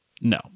No